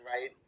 right